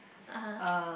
(uh huh)